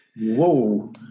Whoa